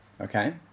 okay